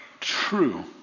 true